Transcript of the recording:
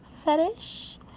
fetish